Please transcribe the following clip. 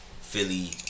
Philly